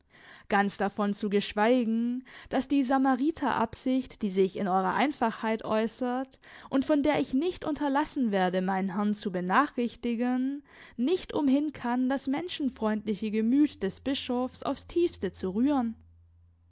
ganz davon zu geschweigen daß die samariter absicht die sich in eurer einfachheit äußert und von der ich nicht unterlassen werde meinen herrn zu benachrichtigen nicht umhin kann das menschenfreundliche gemüt des bischofs aufs tiefste zu rühren